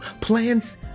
plans